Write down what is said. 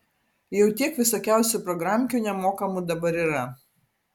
jau tiek visokiausių programkių nemokamų dabar yra